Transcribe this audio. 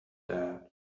that